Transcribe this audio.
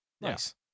nice